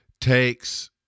takes